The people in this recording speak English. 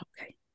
okay